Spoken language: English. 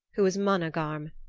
who was managarm,